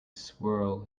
swirl